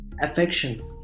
affection